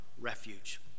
refuge